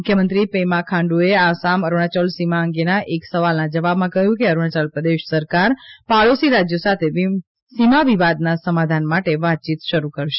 મુખ્યમંત્રી પેમા ખાંડુએ આસામ અરુણાચલ સીમા અંગેના એક સવાલના જવાબમાં કહ્યુંકે અરુણાચલ પ્રદેશ સરકાર પાડોશી રાજ્ય સાથે સીમા વિવાદના સમાધાન માટે વાતચીત શરૂકરશે